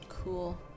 Cool